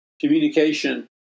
communication